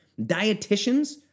Dietitians